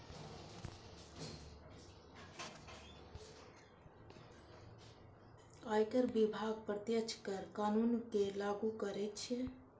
आयकर विभाग प्रत्यक्ष कर कानून कें लागू करै छै